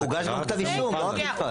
הוגש גם כתב אישום, לא רק נתפס.